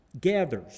gathers